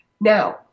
Now